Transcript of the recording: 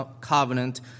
covenant